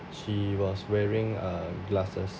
she was wearing uh glasses